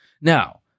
Now